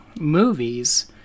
movies